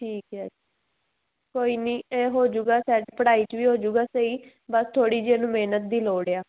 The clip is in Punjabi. ਠੀਕ ਹੈ ਕੋਈ ਨਹੀਂ ਇਹ ਹੋ ਜੂਗਾ ਸੈਟ ਪੜ੍ਹਾਈ 'ਚ ਵੀ ਹੋ ਜੂਗਾ ਸਹੀ ਬਸ ਥੋੜ੍ਹੀ ਜਿਹੀ ਇਹਨੂੰ ਮਿਹਨਤ ਦੀ ਲੋੜ ਆ